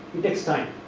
takes time